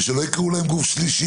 ושלא יקראו להם "גוף שלישי",